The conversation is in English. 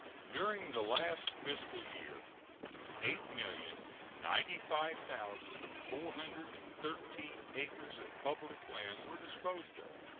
during the last fiscal year eight million ninety five thousand four hundred and thirteen acres of public land were disposed of.